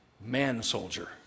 man-soldier